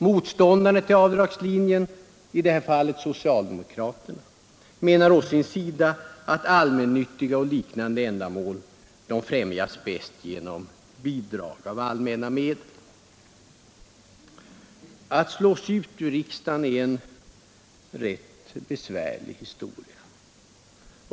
Motståndarna till avdragslinjen — i det här fallet socialdemokraterna — menar å sin sida att allmännyttiga och liknande ändamål främjas bäst genom bidrag av allmänna medel. Att slås ut ur riksdagen är en rätt besvärlig historia.